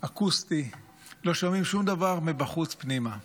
אקוסטי, לא שומעים שום דבר מבחוץ פנימה.